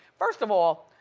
first of all,